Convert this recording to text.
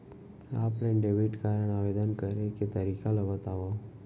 Offline debit card आवेदन करे के तरीका ल बतावव?